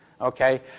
okay